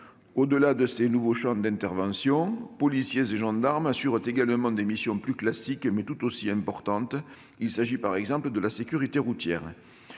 Au-delà de ces nouveaux champs d'intervention, policiers et gendarmes assurent également des missions plus classiques, mais tout aussi importantes. J'évoquerai plus particulièrement la sécurité routière.